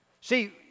See